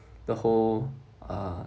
the whole uh